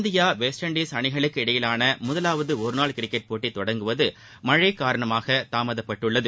India West Indies அணிகளுக்கு இடையிலான முதலாவது ஒரு நாள் கிரிக்கெட் போட்டி தொடங்குவது மழை காரணமாக தாமதப்பட்டுள்ளது